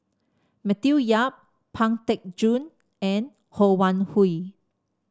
Matthew Yap Pang Teck Joon and Ho Wan Hui